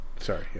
Sorry